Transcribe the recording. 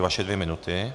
Vaše dvě minuty.